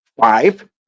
Five